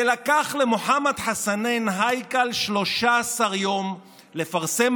זה לקח למוחמד חסנין הייכל 13 יום לפרסם